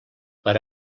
per